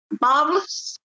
marvelous